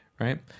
right